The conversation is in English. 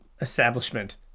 establishment